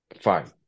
fine